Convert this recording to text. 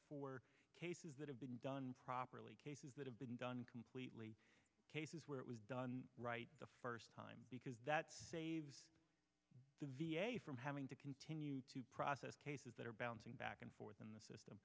for cases that have been done properly cases that have been done completely cases where it was done right the first time because that saves the v a from having to continue to process cases that are bouncing back and forth in the system